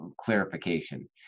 clarification